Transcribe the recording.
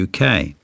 uk